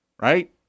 right